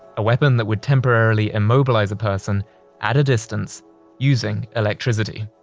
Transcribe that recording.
a weapon that would temporarily immobilize a person at a distance using electricity